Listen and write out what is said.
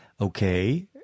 okay